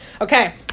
Okay